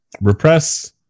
Repress